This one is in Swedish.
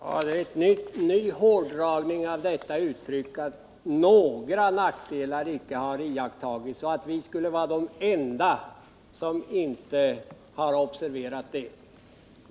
Herr talman! Det är en ny hårdragning av detta uttryck, att inte några nackdelar iakttagits och att vi skulle vara de enda som inte har observerat nackdelarna.